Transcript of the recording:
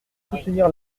soutenir